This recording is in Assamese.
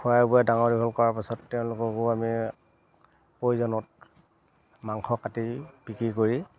খুৱাই বোৱাই ডাঙৰ দীঘল কৰাৰ পাছত তেওঁলোককো আমি প্ৰয়োজনত মাংস কাটি বিক্ৰী কৰি